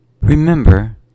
Remember